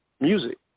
music